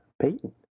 Payton